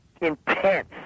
intense